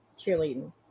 cheerleading